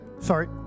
sorry